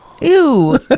Ew